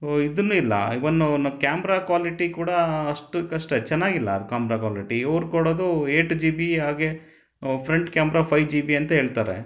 ಇದುನೂ ಇಲ್ಲ ಈವನ್ನು ನ ಕ್ಯಾಮ್ರಾ ಕ್ವಾಲಿಟಿ ಕೂಡ ಅಷ್ಟಕ್ಕಷ್ಟೇ ಚೆನ್ನಾಗಿಲ್ಲ ಅದು ಕಾಮ್ರಾ ಕ್ವಾಲಿಟಿ ಇವ್ರು ಕೊಡೋದು ಏಟ್ ಜಿ ಬಿ ಹಾಗೇ front camera five G B ಅಂತ ಹೇಳ್ತಾರೆ